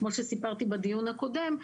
כמו שסיפרתי בדיון הקודם,